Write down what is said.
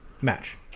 match